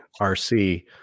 RC